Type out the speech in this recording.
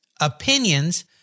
opinions